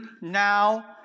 now